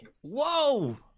Whoa